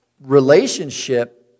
relationship